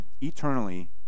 eternally